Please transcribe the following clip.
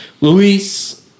Luis